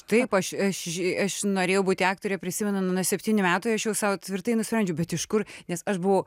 taip aš aš aš norėjau būti aktore prisimenu nu nuo septynių metų aš jau sau tvirtai nusprendžiau bet iš kur nes aš buvau